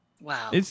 Wow